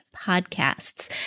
podcasts